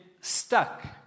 stuck